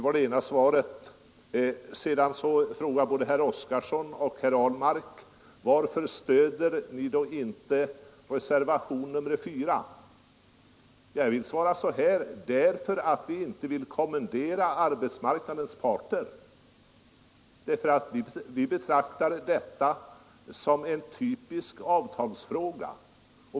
Både herr Oskarson och herr Ahlmark frågade varför vi då inte stöder reservationen 4. Jag vill svara så här: därför att vi inte vill kommendera arbetsmarknadens parter. Vi betraktar detta som en typisk avtalsfråga.